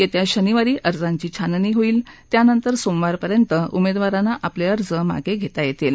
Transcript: या शनिवारी अर्जांची छाननी होईल त्यानस्ति सोमवारपर्यंत उमेदवारात्ति आपले अर्ज मागे घेता येतील